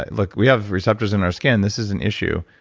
look we have receptors in our skin, this is an issue.